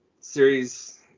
series